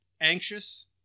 anxious